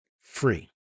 free